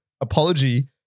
apology